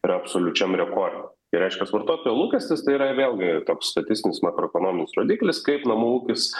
yra absoliučiam rekorde ir reiškias vartotojo lūkestis tai yra vėlgi toks statistinis makroekonominis rodiklis kaip namų ūkis